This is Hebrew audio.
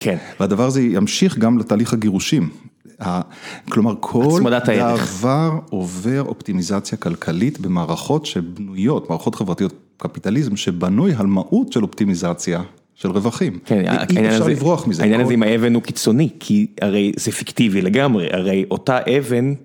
כן והדבר הזה ימשיך גם לתהליך הגירושים, כלומר כל דבר עובר אופטימיזציה כלכלית במערכות שבנויות, מערכות חברתיות קפיטליזם שבנוי על מהות של אופטימיזציה של רווחים, אי אפשר לברוח מזה. העניין הזה עם האבן הוא קיצוני, כי הרי זה פיקטיבי לגמרי, הרי אותה אבן.